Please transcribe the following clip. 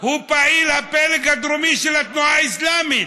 הוא פעיל הפלג הדרומי של התנועה האסלאמית,